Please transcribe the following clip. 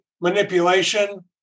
manipulation